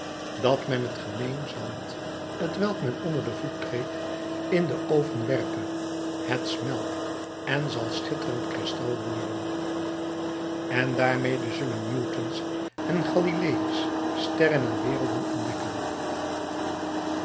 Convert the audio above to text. dat men het gemeene zand t welk men onder den voet treedt in den oven werpe het smelt en zal schitterend kristal worden en daarmede zullen newtons en galiléis sterren en werelden ontdekken